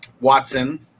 Watson